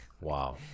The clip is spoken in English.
Wow